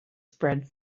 spread